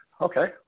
Okay